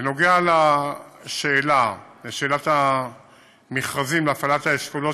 בנוגע לשאלת המכרזים להפעלת האשכולות